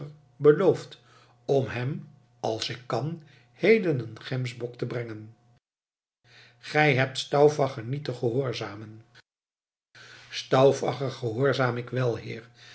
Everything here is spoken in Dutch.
beloofd om hem als ik kan heden een gemsbok te brengen gij hebt stauffacher niet te gehoorzamen stauffacher gehoorzaam ik wel heer